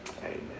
Amen